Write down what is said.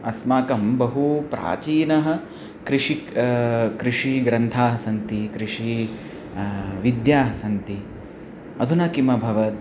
अस्माकं बहवः प्राचीनाः कृषिः कृषिग्रन्थाः सन्ति कृषिः विद्याः सन्ति अधुना किम् अभवत्